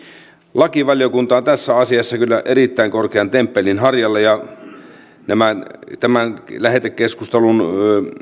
lakivaliokunta on tässä asiassa kyllä erittäin korkean temppelin harjalla ja tämän lähetekeskustelun